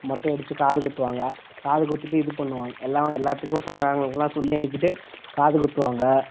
மொட்டை அடித்து காது குத்துவாங்க காது குத்திட்டு இது பண்ணுவாங்க எல்லாம் எல்லாத்துக்கும் சொந்தக் காரங்களுக்குலான் சொல்லி அனுப்பிட்டு காது குத்துவாங்க